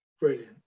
Brilliant